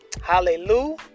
hallelujah